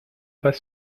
pas